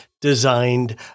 designed